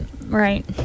right